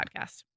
podcast